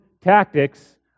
tactics